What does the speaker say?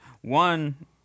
One